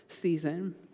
season